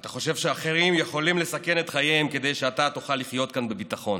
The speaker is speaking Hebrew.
אתה חושב שאחרים יכולים לסכן את חייהם כדי שאתה תוכל לחיות כאן בביטחון.